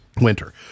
winter